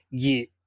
get